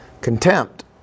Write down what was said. contempt